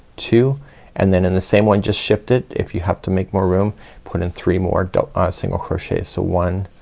two and then in the same one just shift it if you have to make more room put in three more ah single crochets. so one,